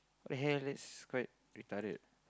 what the hell that's quite retarded